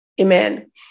Amen